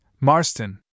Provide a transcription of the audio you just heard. Marston